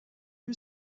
you